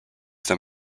them